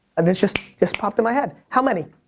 and this just just popped in my head. how many?